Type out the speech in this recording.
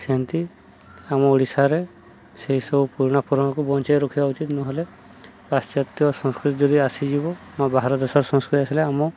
ସେନ୍ତି ଆମ ଓଡ଼ିଶାରେ ସେଇସବୁ ପୁରୁଣା ପୁରୁଣକୁ ବଞ୍ଚାଇ ରଖିବା ଉଚିତ୍ ନ'ହେଲେ ପାଶ୍ଚାତ୍ୟ ସଂସ୍କୃତି ଯଦି ଆସିଯିବ ଆମ ଭାରତ ଦେଶର ସଂସ୍କୃତି ଆସିଲେ ଆମ